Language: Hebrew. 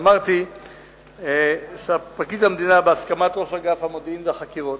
אמרתי שפרקליט המדינה, בהסכמת ראש אגף חקירות